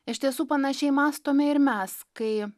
iš tiesų panašiai mąstome ir mes kai